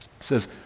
says